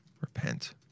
Repent